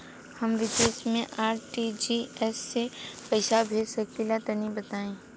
हम विदेस मे आर.टी.जी.एस से पईसा भेज सकिला तनि बताई?